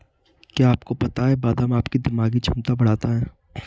क्या आपको पता है बादाम आपकी दिमागी क्षमता बढ़ाता है?